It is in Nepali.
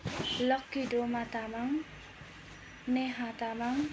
लक्की डोमा तामाङ नेहा तामाङ